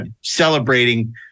celebrating